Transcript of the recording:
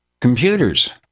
computers